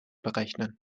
berechnen